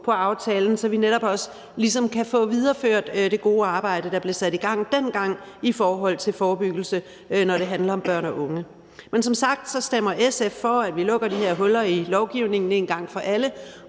på aftalen, så vi netop også ligesom kan få videreført det gode arbejde, der blev sat i gang dengang i forhold til forebyggelse, når det handler om børn og unge. Som sagt stemmer SF for, at vi lukker de her huller i lovgivningen en gang for alle,